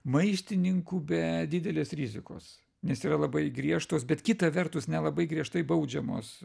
maištininku be didelės rizikos nes yra labai griežtos bet kita vertus nelabai griežtai baudžiamos